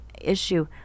issue